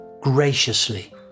graciously